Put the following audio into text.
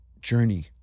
journey